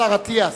השר אטיאס.